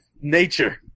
nature